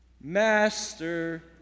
Master